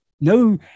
no